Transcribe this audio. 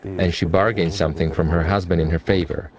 and she bargains something from her husband in her favor.